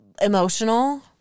emotional